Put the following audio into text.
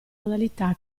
modalità